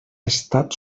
estat